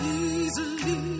easily